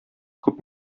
күп